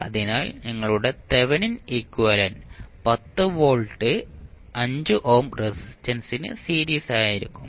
അതിനാൽ നിങ്ങളുടെ Thevenin equivalent 10 volt 5 ohm റെസിസ്റ്റൻസിന് സീരീസ് ആയിരിക്കും